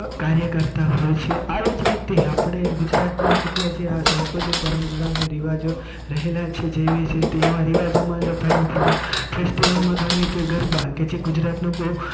કાર્ય કરતાં હોય છે આવી જ રીતે આપણે ગુજરાતમાં કેટલા જે આ સાંસ્કૃતિક પરંપરાને રિવાજો રહેલા છે જેવી જ રીતે એવા રિવાજોમાં જ ફેસ્ટિવલમાં ગણવી તો એ ગરબા કે જે ગુજરાતનું બહુ